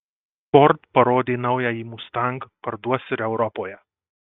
ford parodė naująjį mustang parduos ir europoje